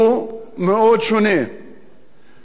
ואחר כך אני אתן דוגמאות.